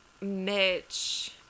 Mitch